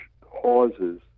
causes